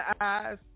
eyes